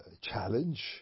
challenge